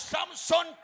Samson